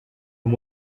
and